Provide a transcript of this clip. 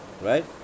right